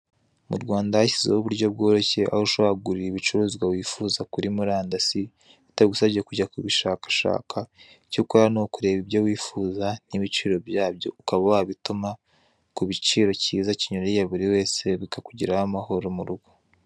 Mu Rwanda hashyizwe ho uburyo bworoshye, aho ushobora kugurira ibicuruzwa wifuza kuri murandasi, bitagusabye kujya kubishakashaka, icyo ukora ni ukureba ibyo wifuza n'ibiciro byabo, ukaba wabituma ku biciro kiza kinyuriye buri wese bikakugera ho amahoro mu rugo.